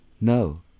No